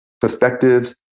perspectives